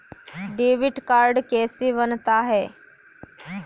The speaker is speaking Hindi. डेबिट कार्ड कैसे बनता है?